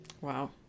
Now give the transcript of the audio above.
wow